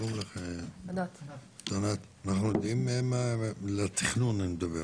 אנחנו יודעים על התכנון המפורט?